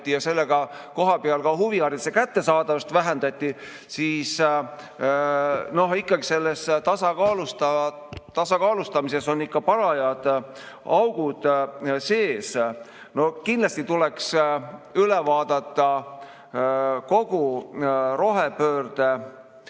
ja sellega kohapeal ka huvihariduse kättesaadavust vähendati, siis selles tasakaalustamises on ikka parajad augud sees. Kindlasti tuleks üle vaadata kogu rohepöörde